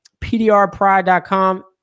PDRPride.com